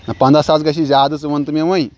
نَہ پنٛداہ ساس گژھی زیادٕ ژٕ وَن تہِ مےٚ وۄنۍ